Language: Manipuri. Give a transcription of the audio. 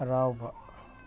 ꯍꯔꯥꯎꯕ